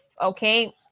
okay